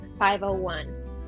501